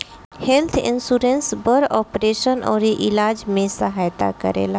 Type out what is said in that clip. health insurance बड़ operation अउरी इलाज में सहायता करेला